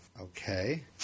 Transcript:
okay